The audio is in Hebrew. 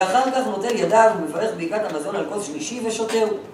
ואחר כך הוא נוטל ידיו ומברך ברכת המזון על כוס שלישי ושותה.